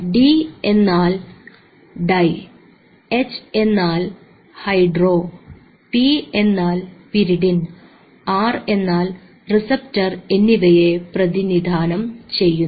D എന്നാൽ di H എന്നാൽ hydro P എന്നാൽ പിരിഡിൻ ആർ എന്നാൽ റിസപ്റ്റർ എന്നിവയെ പ്രതിനിധാനം ചെയ്യുന്നു